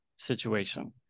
Situation